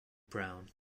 brown